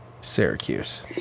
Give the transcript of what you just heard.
Syracuse